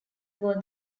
were